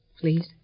please